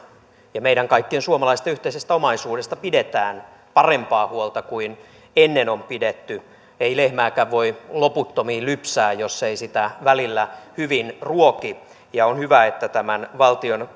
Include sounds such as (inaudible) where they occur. ja meidän kaikkien suomalaisten yhteisestä omaisuudesta pidetään parempaa huolta kuin ennen on pidetty ei lehmääkään voi loputtomiin lypsää jos ei sitä välillä hyvin ruoki ja on hyvä että tämän valtion (unintelligible)